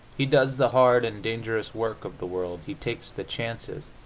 he does the hard and dangerous work of the world, he takes the chances,